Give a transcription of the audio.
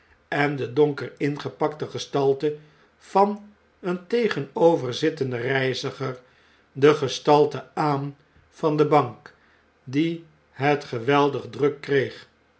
en de donker ingepakte gestalte van een tegenoverzittenden reiziger de gestalte aan van de bank die het geweldig druk kreeg